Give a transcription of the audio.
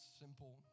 simple